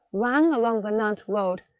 rang along the nantes road,